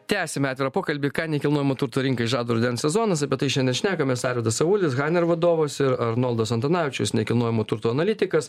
tęsime atvirą pokalbį ką nekilnojamo turto rinkai žada rudens sezonas apie tai šiandien šnekamės arvydas avulis haner vadovas ir arnoldas antanavičius nekilnojamo turto analitikas